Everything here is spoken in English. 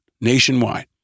nationwide